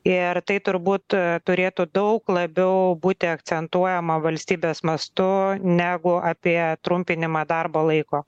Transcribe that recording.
ir tai turbūt turėtų daug labiau būti akcentuojama valstybės mastu negu apie trumpinimą darbo laiko